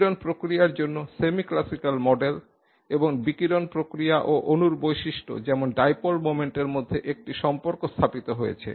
বিকিরণ প্রক্রিয়ার জন্য সেমি ক্লাসিকাল মডেল এবং বিকিরণ প্রক্রিয়া ও অণুর বৈশিষ্ট্য যেমন ডাইপোল মোমেন্ট এর মধ্যে একটি সম্পর্ক স্থাপিত হয়েছে